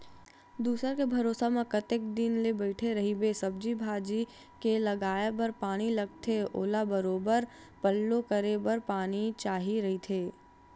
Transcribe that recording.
दूसर के भरोसा म कतेक दिन ले बइठे रहिबे, सब्जी भाजी के लगाये बर पानी लगथे ओला बरोबर पल्लो करे बर पानी चाही रहिथे